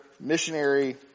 missionary